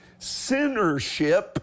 Sinnership